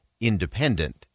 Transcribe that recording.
Independent